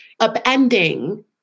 upending